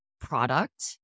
product